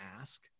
ask